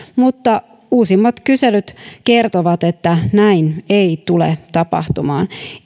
mutta uusimmat kyselyt kertovat että näin ei tule tapahtumaan